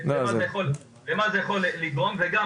ומה זה יכול לגרום --- וסיגריה רגילה זה בסדר?